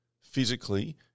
physically